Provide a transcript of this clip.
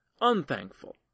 unthankful